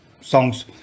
songs